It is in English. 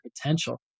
potential